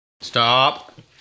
Stop